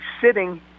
sitting